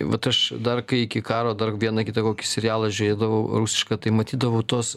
vat aš dar kai iki karo dar vieną kitą kokį serialą žiūrėdavau rusišką tai matydavau tuos